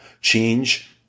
Change